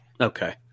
Okay